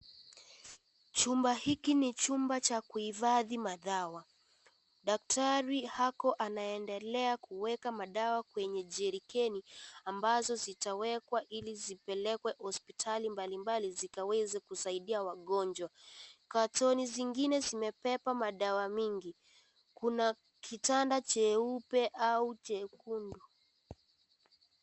Chumba hiki ni chumba cha kuhifadhi madawa. Daktari ako anaendelea kuweka madawa kwenye jerikeni ambazo zitawekwa Ili zipelekwe hospitali mbalimbali zikaweze kusaidia wagonjwa. Katoni zingine zimebeba madawa mingi. Kuna kitanda jeupe au jekundu.